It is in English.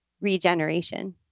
regeneration